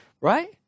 right